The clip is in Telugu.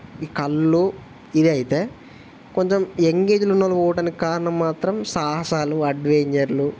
ఈ కల్లు ఇది అయితే కొంచెం ఎంగేజ్లో ఉన్నవాళ్ళు పోవడానికి కారణం మాత్రం సాహసాలు అడ్వెంచర్లు